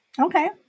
okay